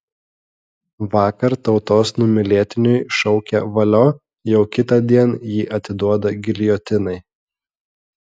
vakar tautos numylėtiniui šaukę valio jau kitądien jį atiduoda giljotinai